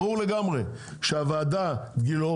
ברור לגמרי שהוועדה גילאור,